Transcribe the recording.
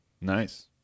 nice